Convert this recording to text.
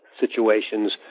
situations